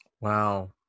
Wow